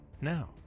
Now